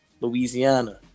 Louisiana